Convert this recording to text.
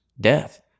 Death